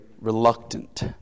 reluctant